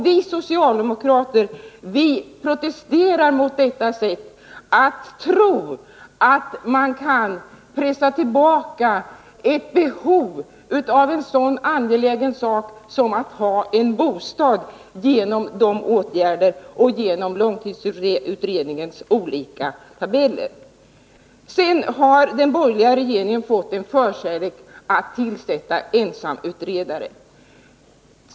Vi socialdemokrater protesterar mot denna tro att man genom de här åtgärderna och genom långtidsutredningens olika tabeller kan pressa tillbaka ett behov av något så angeläget som att ha en bostad. Den borgerliga regeringen har en förkärlek för att tillsätta enmansutredningar.